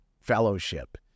fellowship